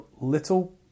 little